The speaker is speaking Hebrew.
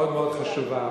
מאוד מאוד חשובה,